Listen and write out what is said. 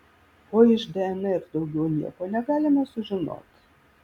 o iš dnr daugiau nieko negalime sužinot